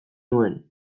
nuen